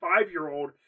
five-year-old